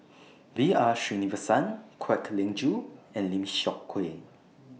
B R Sreenivasan Kwek Leng Joo and Lim Seok Hui